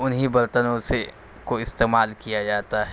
انہیں برتنوں سے کو استمعال کیا جاتا ہے